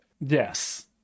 Yes